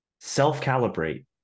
self-calibrate